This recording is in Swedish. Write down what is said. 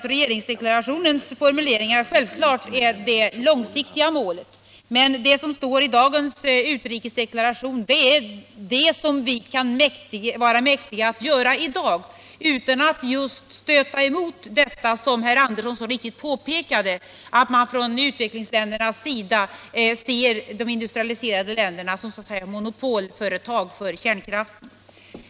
Regeringsdeklarationens formuleringar anger självklart det långsiktiga målet i detta sammanhang, men det som står i dagens utrikesdeklaration är det som vi kan vara mäktiga att göra i dag utan att stöta emot den uppfattning inom utvecklingsländerna som, vilket herr Andersson så riktigt påpekade, innebär att de industrialiserade länderna är ”monopolföretag” vad gäller kärnkraften.